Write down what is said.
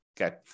okay